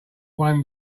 one